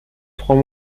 trois